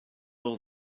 all